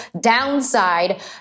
downside